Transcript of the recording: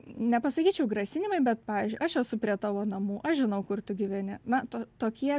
nepasakyčiau grasinimai bet pavyzdžiui aš esu prie tavo namų aš žinau kur tu gyveni na to tokie